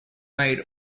made